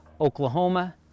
Oklahoma